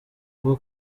bwo